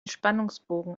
spannungsbogen